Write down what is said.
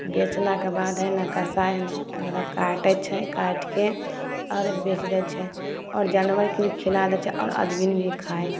बेचलाके बाद हइ ने कसाइ ओकरा काटै छै काटिके आओर बेच दै छै आओर जानबरके भी खिला दै छै आओर आदमी भी खाइ